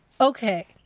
Okay